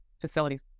Facilities